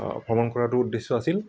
ভ্ৰমণ কৰাটো উদ্দেশ্য আছিল